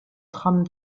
tram